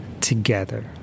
together